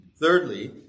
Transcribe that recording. Thirdly